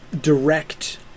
direct